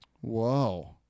Whoa